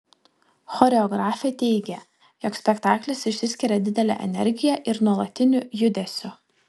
choreografė teigia jog spektaklis išsiskiria didele energija ir nuolatiniu judesiu